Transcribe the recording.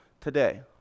today